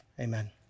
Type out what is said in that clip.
Amen